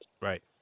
Right